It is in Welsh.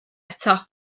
eto